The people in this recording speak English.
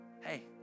Hey